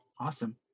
Awesome